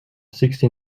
sixty